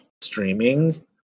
streaming